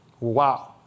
Wow